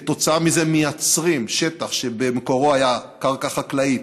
כתוצאה מזה מייצרים שטח שבמקורו היה קרקע חקלאית,